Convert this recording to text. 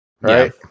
Right